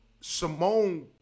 simone